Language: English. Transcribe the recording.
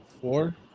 four